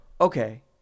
okay